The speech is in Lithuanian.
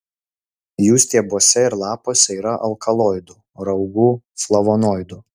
jų stiebuose ir lapuose yra alkaloidų raugų flavonoidų